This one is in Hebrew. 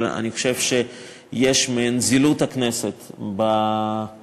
אבל אני חושב שיש מעין זילות בכנסת בהגשת